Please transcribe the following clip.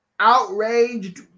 outraged